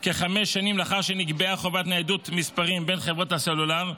כחמש שנים לאחר שנקבעה חובת ניידות מספרים בין חברות הסלולר,